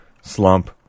Slump